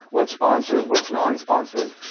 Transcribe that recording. what's sponsored what's non-sponsored,